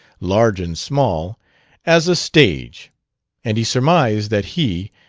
large and small as a stage and he surmised that he,